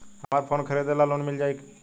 हमरा फोन खरीदे ला लोन मिल जायी?